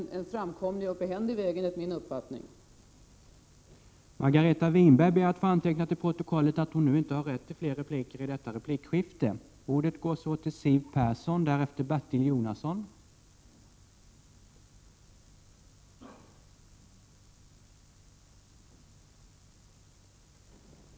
Det är enligt min uppfattning en framkomlig och behändig väg.